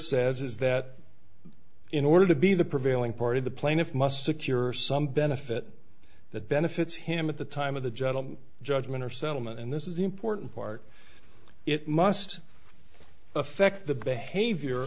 says is that in order to be the prevailing party the plaintiff must secure some benefit that benefits him at the time of the general judgment or settlement and this is the important part it must affect the behavior